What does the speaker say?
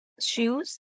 shoes